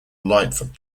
lightfoot